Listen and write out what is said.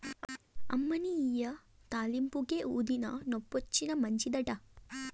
అమ్మనీ ఇయ్యి తాలింపుకే, ఊదినా, నొప్పొచ్చినా మంచిదట